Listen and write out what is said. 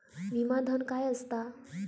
विमा धन काय असता?